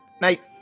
Night